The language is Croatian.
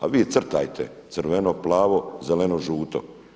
A vi crtajte crveno, plavo, zeleno, žuto.